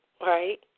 right